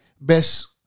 Best